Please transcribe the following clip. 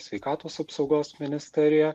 sveikatos apsaugos ministerija